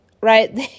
right